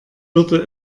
würde